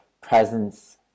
presence